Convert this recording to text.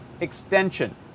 Extension